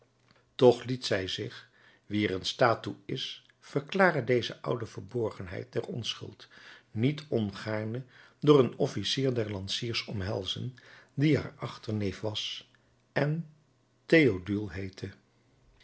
toch liet zij zich wie er in staat toe is verklare deze oude verborgenheid der onschuld niet ongaarne door een officier der lanciers omhelzen die haar achterneef was en theodule heette